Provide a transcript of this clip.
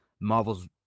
Marvel's